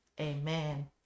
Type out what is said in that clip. Amen